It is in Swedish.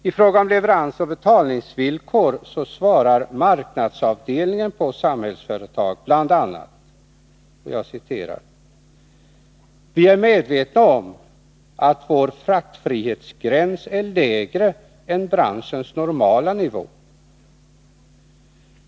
I fråga om leveransoch betalningsvillkor svarar marknadsavdelningen på Samhällsföretag bl.a.: ”Vi är medvetna om att vår fraktfrihetsgräns är lägre än branschens normala nivå.